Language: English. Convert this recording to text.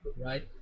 right